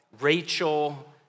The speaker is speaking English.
Rachel